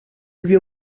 lui